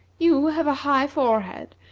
you have a high forehead,